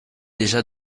déjà